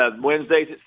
Wednesday's